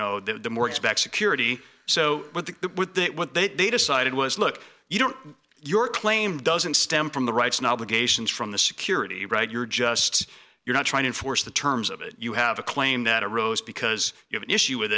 know the mortgage backed security so with that with that what they decided was look you don't your claim doesn't stem from the rights and obligations from the security right you're just you're not trying to enforce the terms of it you have a claim that arose because you have an issue with